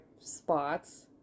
spots